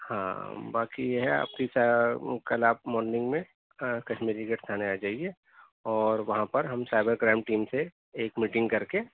ہاں باقی یہ ہے آپ کل آپ مارننگ میں کشمیری گیٹ تھانے آ جائیے اور وہاں پر ہم سائبر کرائم ٹیم سے ایک میٹنگ کر کے